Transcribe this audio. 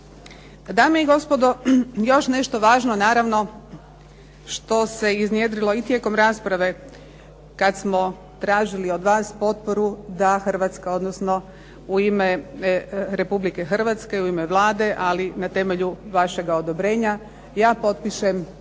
Dame i gospodo, još nešto važno naravno što se iznjedrilo i tijekom rasprave kad smo tražili od vas potporu da Hrvatska odnosno u ime Republike Hrvatske, u ime Vlade ali na temelju vašega odobrenja ja potpišem